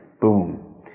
Boom